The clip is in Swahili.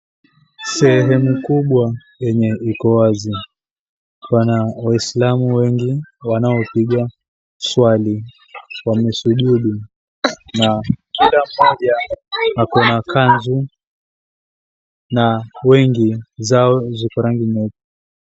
Sehemu kubwa yenye iko wazi pana waislamu wengi wanaopiga swali, wamesujudu na kila mmoja ako na kanzu na wengi zao ziko rangi nyeupe.